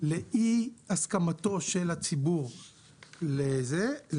לאי הסכמתו של הציבור להשתתף,